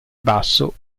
basso